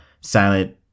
silent